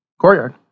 courtyard